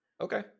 Okay